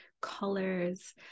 colors